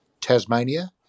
Tasmania